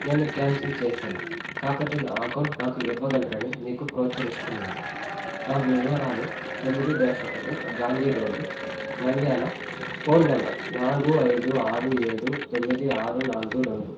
నేను క్యాన్సిల్ చేశాను కాబట్టి నా అకౌంట్ నాకు ఇవ్వగలరని మీకు ప్రోత్చరిస్తున్నాను నా వివరాాలు తొమ్మిది డ్యాష్ ఒకటి Gandhi road Nandyal phone number నాలుగు ఐదు ఆరు ఏడు తొమ్మిది ఆరు నాలుగు రెండు